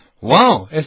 Wow